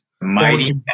mighty